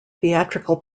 theatrical